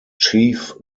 chief